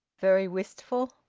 very wistful.